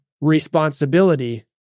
responsibility